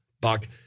Buck